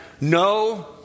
No